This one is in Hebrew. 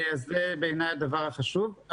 זה בעיניי הדבר החשוב.